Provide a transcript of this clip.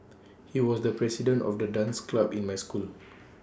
he was the president of the dance club in my school